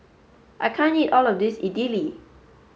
I can't eat all of this Idili